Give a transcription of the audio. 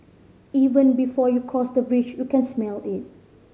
even before you cross the bridge you can smell it